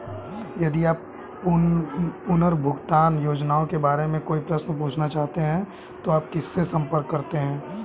यदि आप पुनर्भुगतान योजनाओं के बारे में कोई प्रश्न पूछना चाहते हैं तो आप किससे संपर्क करते हैं?